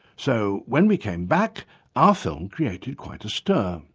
so when we came back our film created quite a stir.